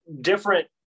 different